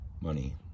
money